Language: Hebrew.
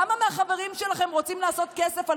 כמה מהחברים שלכם רוצים לעשות כסף על